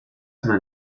man